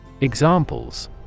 Examples